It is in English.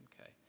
okay